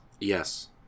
Yes